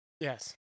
Yes